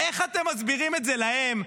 איך אתם מסבירים את זה להם?